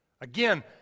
Again